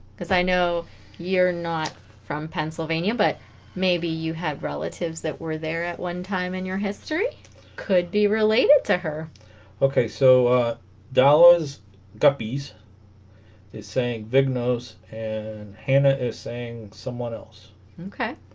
because i know you're not from pennsylvania but maybe you have relatives that were there at one time in your history could be related to her okay so dollars guppies is saying big nose and hannah is saying someone else okay